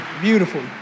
Beautiful